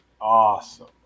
awesome